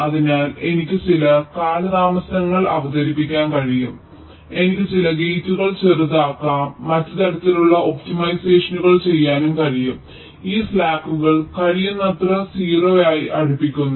അതിനാൽ എനിക്ക് ചില കാലതാമസങ്ങൾ അവതരിപ്പിക്കാൻ കഴിയും എനിക്ക് ചില ഗേറ്റുകൾ ചെറുതാക്കാം എനിക്ക് മറ്റ് തരത്തിലുള്ള ഒപ്റ്റിമൈസേഷനുകൾ ചെയ്യാൻ കഴിയും ഈ സ്ലാക്കുകൾ കഴിയുന്നത്ര 0 ആയി അടുപ്പിക്കുന്നു